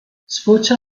sfocia